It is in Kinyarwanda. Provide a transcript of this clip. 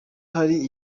hari